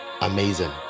amazing